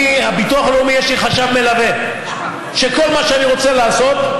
בביטוח הלאומי יש לי חשב מלווה שכל מה שאני רוצה לעשות,